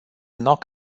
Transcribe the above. knock